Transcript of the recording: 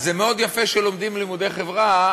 אז זה מאוד יפה שלומדים לימודי חברה,